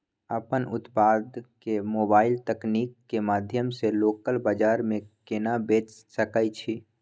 अपन उत्पाद के मोबाइल तकनीक के माध्यम से लोकल बाजार में केना बेच सकै छी?